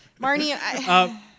marnie